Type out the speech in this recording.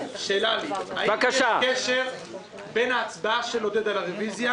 שאלה: האם יש קשר בין ההצבעה של עודד פורר על הרוויזיה